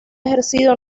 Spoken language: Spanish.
ejercido